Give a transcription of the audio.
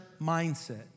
mindset